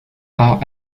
art